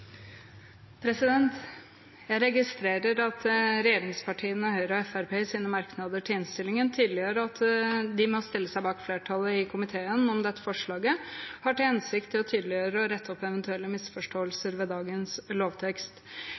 replikkordskifte. Jeg registrerer at regjeringspartiene Høyre og Fremskrittspartiet i sine merknader i innstillingen tydeliggjør at de nå stiller seg bak flertallet i komiteen om dette forslaget og har til hensikt å tydeliggjøre og rette opp eventuelle misforståelser ved dagens lovtekst.